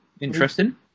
interesting